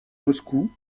moscou